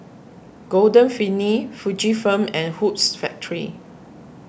Golden Peony Fujifilm and Hoops Factory